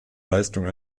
leistung